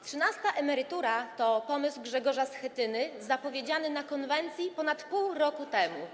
Trzynasta emerytura to pomysł Grzegorza Schetyny zapowiedziany na konwencji ponad pół roku temu.